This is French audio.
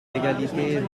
d’égalité